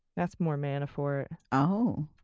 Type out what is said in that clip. that's more manafort. oh.